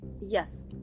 Yes